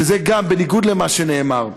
וגם זה, בניגוד למה שנאמר: